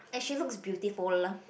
and she looks beautiful